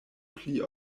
pli